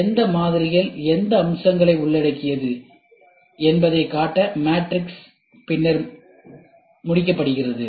எந்த மாதிரிகள் எந்த அம்சங்களை உள்ளடக்கியது என்பதைக் காட்ட மேட்ரிக்ஸ் பின்னர் முடிக்கப்படுகிறது